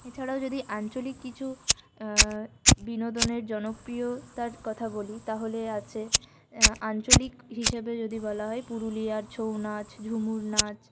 এছাড়াও যদি আঞ্চলিক কিছু বিনোদনের জনপ্রিয়তার কথা বলি তাহলে আছে আঞ্চলিক হিসেবে যদি বলা হয় পুরুলিয়ার ছৌ নাচ ঝুমুর নাচ